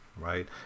right